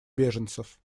беженцев